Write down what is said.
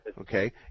Okay